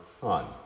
fun